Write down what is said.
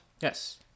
yes